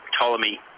Ptolemy